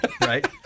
right